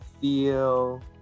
feel